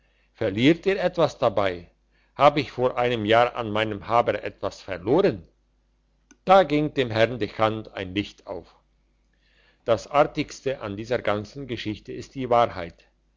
verliert ihr etwas dabei hab ich vor einem jahr an meinem haber etwas verloren da ging dem herrn dechant ein licht auf das artigste an dieser ganzen geschichte ist die wahrheit